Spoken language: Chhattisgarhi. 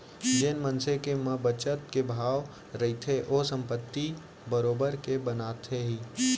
जेन मनसे के म बचत के भाव रहिथे ओहा संपत्ति बरोबर के बनाथे ही